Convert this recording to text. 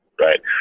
right